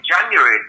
January